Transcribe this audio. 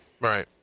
Right